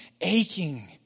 aching